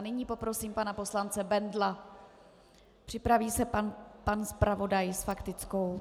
Nyní poprosím pana poslance Bendla, připraví se pan zpravodaj s faktickou.